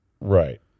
Right